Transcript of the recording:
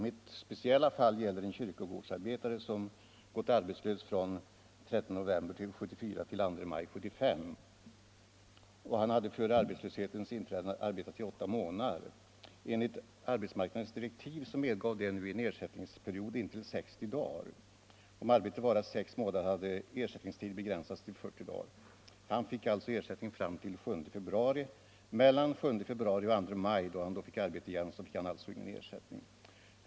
Mitt speciella fall gäller en kyrkogårdsarbetare som gått arbetslös från den 13 november 1974 till den 2 maj 1975. Han hade före arbetslöshetens inträdande arbetat i åtta månader. Enligt arbetsmarknadsstyrelsens direktiv medgav detta en ersättningsperiod intill 60 dagar. Om arbetet varat sex månader, hade ersättningstiden begränsats till 40 dagar. Han fick alltså ersättning fram till den 7 februari. Mellan den 7 februari och den 2 maj — då han fick arbete igen — fick han alltså ingen ersättning.